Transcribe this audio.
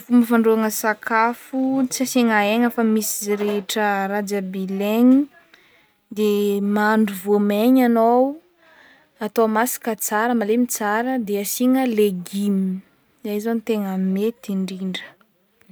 Fomba fandrahoagna sakafo tsy asiagna hena fa misy zay rehetra raha jiaby ilaigny de mahandro voamaigny anao atao masaka tsara, malemy tsara de asiana legima, zay zao no tegna mety indrindra.